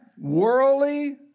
worldly